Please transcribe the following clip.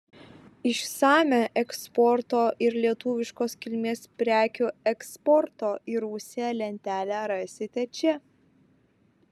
išsamią eksporto ir lietuviškos kilmės prekių eksporto į rusiją lentelę rasite čia